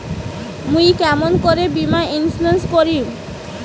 মুই কেমন করি বীমা ইন্সুরেন্স করিম?